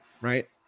Right